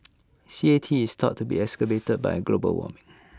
C A T is thought to be exacerbat by global warming